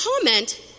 comment